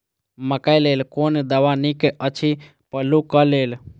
मकैय लेल कोन दवा निक अछि पिल्लू क लेल?